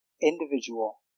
individual